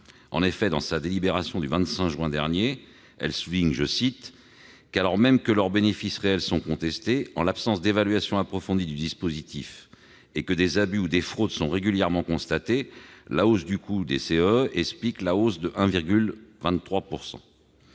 d'énergie. Dans sa délibération du 25 juin dernier, elle souligne :« Alors même que leurs bénéfices réels sont contestés, en l'absence d'évaluation approfondie du dispositif, et que des abus ou des fraudes sont régulièrement constatés, la hausse du coût des CEE explique la hausse de 1,23 %